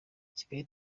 kigali